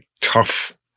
tough